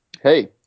Hey